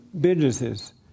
businesses